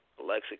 Alexa